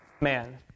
man